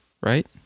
right